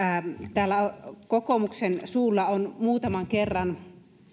täällä kokoomuksen suulla on muutaman kerran